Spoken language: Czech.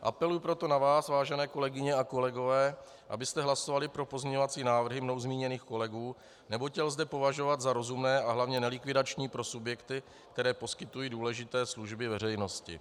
Apeluji proto na vás, vážené kolegyně a kolegové, abyste hlasovali pro pozměňovací návrhy mnou zmíněných kolegů, neboť je lze považovat za rozumné a hlavně nelikvidační pro subjekty, které poskytují důležité služby veřejnosti.